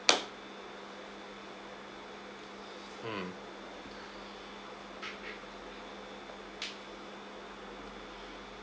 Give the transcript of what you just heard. mm